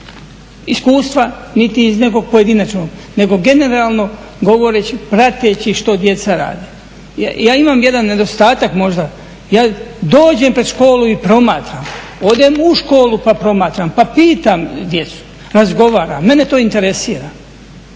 iskustva niti iz nekog pojedinačnog nego generalno govoreći, prateći što djeca rade. Ja imam jedan nedostatak možda, ja dođem pred školu i promatram. Odem u školu pa promatram pa pitam djecu, razgovaram, mene to interesira.